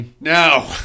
Now